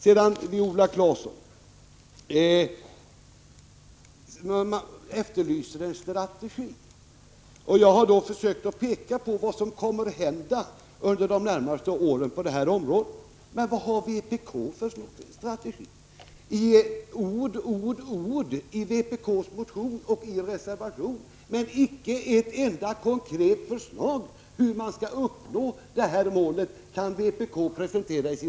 Sedan några ord till Viola Claesson, som efterlyser en strategi. Jag har då försökt att peka på vad som under de närmaste åren kommer att hända på detta område. Vilken strategi har vpk? Det finns ord och åter ord i vpk:s motion och reservation, men vpk kan icke prestera ett enda konkret förslag på hur man skall uppnå målet.